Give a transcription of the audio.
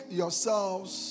yourselves